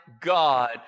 God